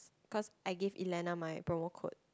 cause I gave Elena my promo code